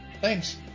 Thanks